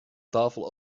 tafel